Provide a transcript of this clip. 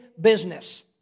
business